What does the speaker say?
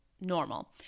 normal